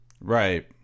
Right